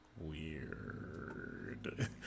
weird